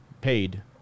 paid